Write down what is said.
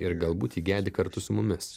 ir galbūt ji gedi kartu su mumis